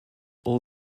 all